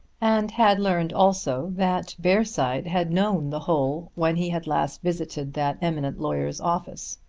and had learned also that bearside had known the whole when he had last visited that eminent lawyer's office.